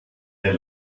der